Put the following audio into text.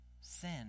sin